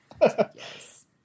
Yes